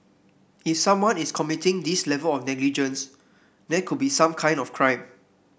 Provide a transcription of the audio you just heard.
if someone is committing this level of negligence there could be some kind of crime